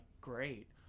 great